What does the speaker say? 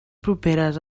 properes